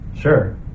sure